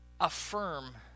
affirm